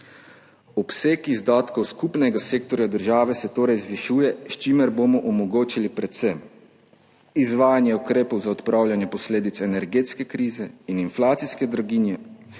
Obseg izdatkov skupnega sektorja država se torej zvišuje, s čimer bomo omogočili predvsem izvajanje ukrepov za odpravljanje posledic energetske krize in inflacijske draginje,